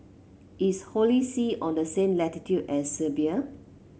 is Holy See on the same latitude as Serbia